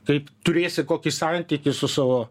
kaip turėsi kokį santykį su savo